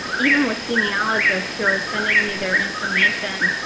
even with genealogists who are sending me their information.